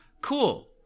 Cool